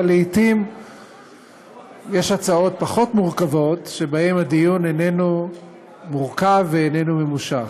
אבל לעתים יש הצעות פחות מורכבות שבהן הדיון איננו מורכב ואיננו ממושך.